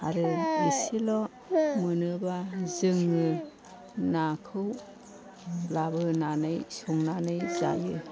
आरो एसेल' मोनोबा जोङो नाखौ लाबोनानै संनानै जायो